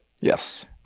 Yes